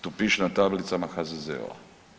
To piše na tablicama HZZO-a.